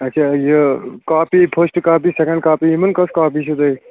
اچھا یہِ copy first copy second copy یمن کۄس کاپی چھِ تۄہہِ